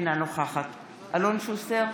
אינה נוכחת אלון שוסטר,